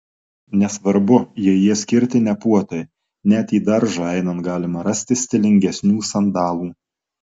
nesvarbu jei jie skirti ne puotai net į daržą einant galima rasti stilingesnių sandalų